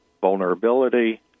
vulnerability